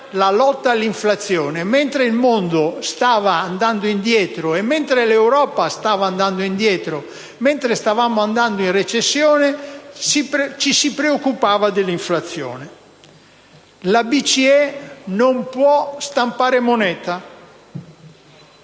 La BCE non può stampare moneta: